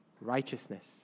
righteousness